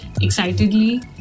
excitedly